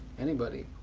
anybody?